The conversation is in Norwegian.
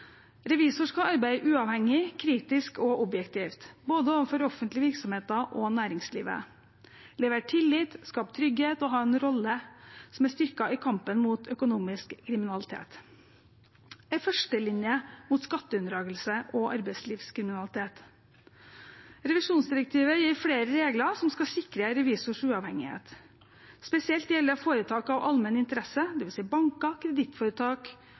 Revisor skal arbeide uavhengig, kritisk og objektivt, overfor både offentlige virksomheter og næringslivet, levere tillit, skape trygghet og ha en styrket rolle i kampen mot økonomisk kriminalitet – en førstelinje mot skatteunndragelse og arbeidslivskriminalitet. Revisjonsdirektivet gir flere regler som skal sikre revisors uavhengighet, spesielt gjelder det foretak av allmenn interesse, dvs. banker, kredittforetak